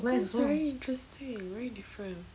that's very interesting very different